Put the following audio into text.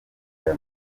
aya